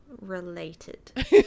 related